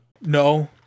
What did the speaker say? No